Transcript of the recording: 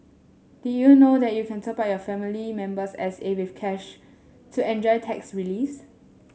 did you know that you can top up your family member's S A with cash to enjoy tax reliefs